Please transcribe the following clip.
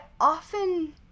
often